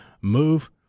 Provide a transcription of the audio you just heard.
move